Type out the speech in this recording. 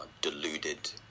deluded